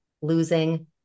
losing